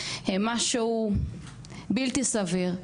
הם משהו בלתי סביר,